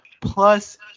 Plus